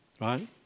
Right